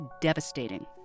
devastating